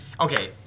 Okay